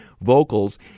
vocals